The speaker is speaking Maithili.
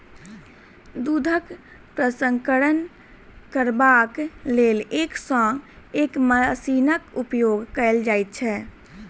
दूधक प्रसंस्करण करबाक लेल एक सॅ एक मशीनक उपयोग कयल जाइत छै